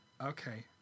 okay